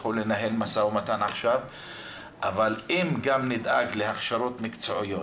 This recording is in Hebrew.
יוכל לנהל משא ומתן אבל אם נדאג גם להכשרות מקצועיות